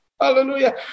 Hallelujah